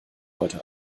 heute